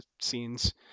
scenes